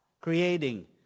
creating